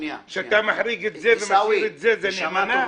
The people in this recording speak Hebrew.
כשאתה מחריג את זה ומשאיר זה, זה נאמנה?